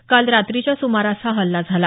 काल रात्रीच्या सुमारास हा हल्ला झाला